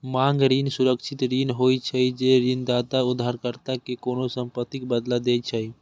मांग ऋण सुरक्षित ऋण होइ छै, जे ऋणदाता उधारकर्ता कें कोनों संपत्तिक बदला दै छै